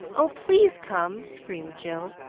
oh! please come! screamed jill,